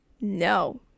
No